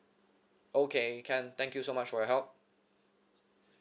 okay can thank you so much for your help